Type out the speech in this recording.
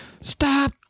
Stop